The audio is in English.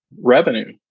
revenue